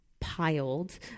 piled